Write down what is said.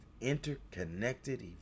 interconnected